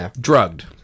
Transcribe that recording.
Drugged